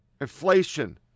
Inflation